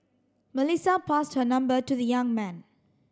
Melissa passed her number to the young man